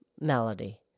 melody